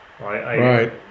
Right